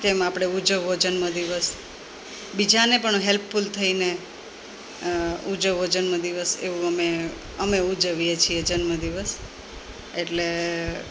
કેમ આપણે ઉજવવો જન્મદિવસ બીજાને પણ હેલ્પફૂલ થઈને ઉજવવો જન્મદિવસ એવું અમે અમે ઉજવીએ છીએ જન્મદિવસ એટલે